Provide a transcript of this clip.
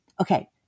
okay